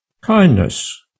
kindness